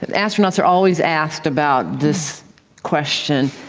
and astronauts are always asked about this question,